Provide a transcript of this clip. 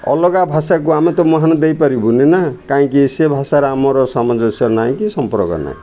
ଅଲଗା ଭାଷାକୁ ଆମେ ତ ମହାନ୍ ଦେଇପାରିବୁନି ନା କାହିଁକି ସେ ଭାଷାରେ ଆମର ସାମଞ୍ଜସ୍ୟ ନାଇଁ କି ସମ୍ପର୍କ ନାଇଁ